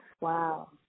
Wow